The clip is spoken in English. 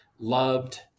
Loved